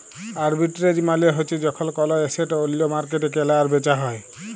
arbitrage মালে হ্যচ্যে যখল কল এসেট ওল্য মার্কেটে কেলা আর বেচা হ্যয়ে